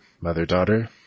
mother-daughter